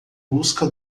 busca